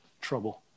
trouble